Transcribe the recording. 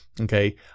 okay